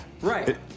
right